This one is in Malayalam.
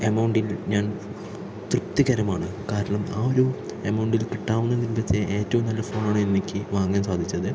എമൗണ്ടിൽ ഞാൻ തൃപ്തികരമാണ് കാരണം ആ ഒരു അമൗണ്ടിൽ കിട്ടാവുന്നതിൽ വെച്ച ഏറ്റവും നല്ല ഫോൺ ആണ് എനിക്ക് വാങ്ങാൻ സാധിച്ചത്